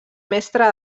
mestra